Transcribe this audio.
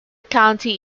county